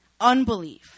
unbelief